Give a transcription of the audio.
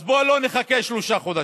אז בואו לא נחכה שלושה חודשים.